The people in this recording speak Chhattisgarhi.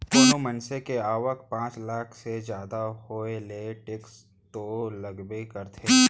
कोनो मनसे के आवक पॉच लाख ले जादा हो ले टेक्स तो लगबे करथे